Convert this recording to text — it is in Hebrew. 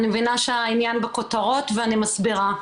אני מבינה שהעניין בכותרות ואני מסבירה.